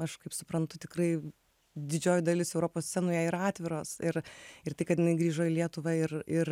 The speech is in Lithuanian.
aš kaip suprantu tikrai didžioji dalis europos scenų jai yra atviros ir ir tai kad jinai grįžo į lietuvą ir ir